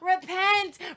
repent